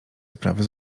sprawy